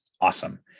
awesome